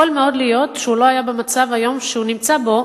יכול מאוד להיות שהוא לא היה היום במצב שהוא נמצא בו,